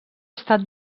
estat